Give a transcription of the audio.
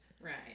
Right